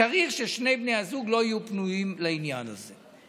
צריך ששני בני הזוג לא יהיו פנויים לעניין הזה.